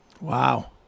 Wow